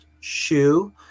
shoe